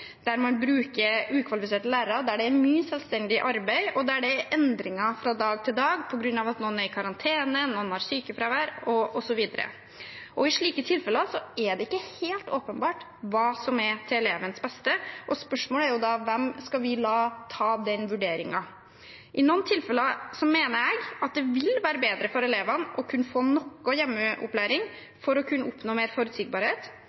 er i karantene, noen har sykefravær, osv. I slike tilfeller er det ikke helt åpenbart hva som er elevenes beste. Spørsmålet er da hvem vi skal la ta den vurderingen. I noen tilfeller mener jeg det vil være bedre for elevene å få noe hjemmeopplæring for å kunne oppnå mer forutsigbarhet,